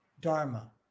dharma